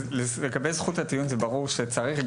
לגבי זכות הטיעון זה ברור שצריך.